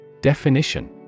Definition